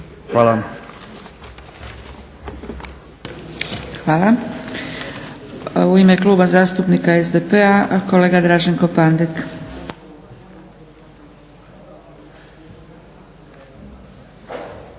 (SDP)** Hvala. U ime Kluba zastupnika SDP-a kolega Draženko Pandek.